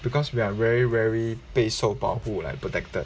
because we are very very 被受保护 like protected